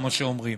כמו שאומרים,